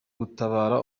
gutabara